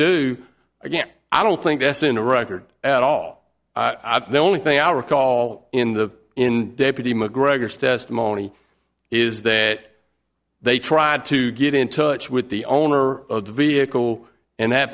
do again i don't think that's in a record at all i the only thing i recall in the in deputy mcgregor status monye is that they tried to get in touch with the owner of the vehicle and that